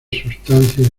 sustancias